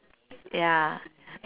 ya